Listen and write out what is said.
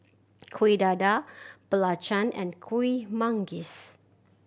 Kueh Dadar belacan and Kuih Manggis